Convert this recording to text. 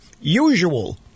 usual